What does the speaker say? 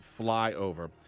flyover